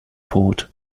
port